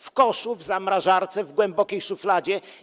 W koszu, w zamrażarce, w głębokiej szufladzie.